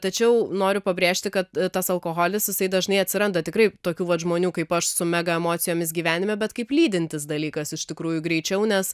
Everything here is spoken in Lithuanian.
tačiau noriu pabrėžti kad tas alkoholis jisai dažnai atsiranda tikrai tokių vat žmonių kaip aš su mega emocijomis gyvenime bet kaip lydintis dalykas iš tikrųjų greičiau nes